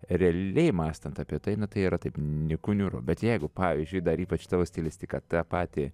realiai mąstant apie tai na tai yra taip nyku niūru bet jeigu pavyzdžiui dar ypač tavo stilistika tą patį